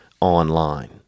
online